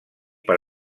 per